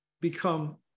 become